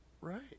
Right